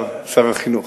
שר החינוך,